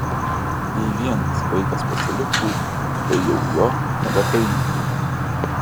jei vienas vaikas pasiliktų tai jau jo nebepaimtų